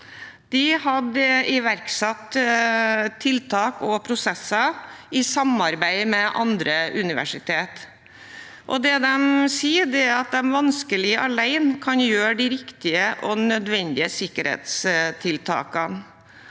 De har iverksatt tiltak og prosesser i samarbeid med andre universiteter, og de sier at de vanskelig kan gjøre de riktige og nødvendige sikkerhetstiltakene